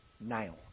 now